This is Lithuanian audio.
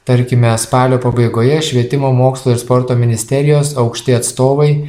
tarkime spalio pabaigoje švietimo mokslo ir sporto ministerijos aukšti atstovai